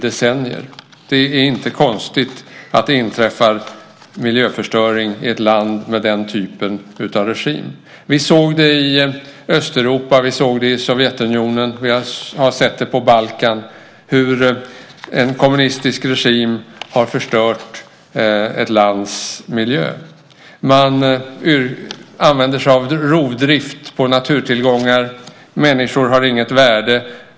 Det är inte konstigt att det inträffar miljöförstöring i ett land med den typen av regim. Vi såg det i Östeuropa. Vi såg det i Sovjetunionen. Vi har sett på Balkan hur en kommunistisk regim förstört ett lands miljö. Man använder sig av rovdrift på naturtillgångar. Människor har inget värde.